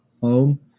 home